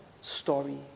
story